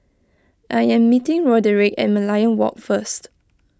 I am meeting Roderic at Merlion Walk first